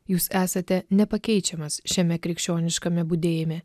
jūs esate nepakeičiamas šiame krikščioniškame budėjime